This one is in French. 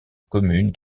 commune